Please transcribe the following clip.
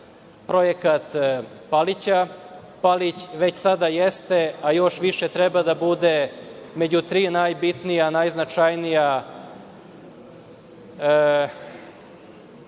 projekat Palića. Palić već sada jeste, a još više treba da bude među tri najbitnije, najznačajnije